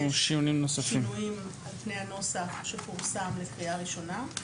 שינויים על פני הנוסח שפורסם לקריאה ראשונה.